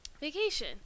vacation